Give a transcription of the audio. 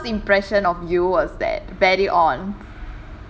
okay first impression of you was that very on